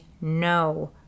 no